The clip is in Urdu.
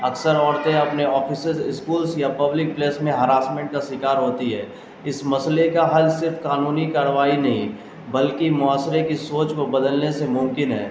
اکثر عورتیں اپنے آفسز اسکولس یا پبلک پلیس میں ہراسمنٹ کا شکار ہوتی ہے اس مسئلے کا حل صرف قانونی کارروائی نہیں بلکہ معاشرے کی سوچ کو بدلنے سے ممکن ہے